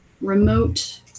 remote